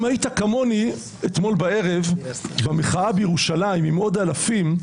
אתמול בערב במחאה בירושלים עם עוד אלפים,